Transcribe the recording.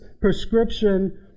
prescription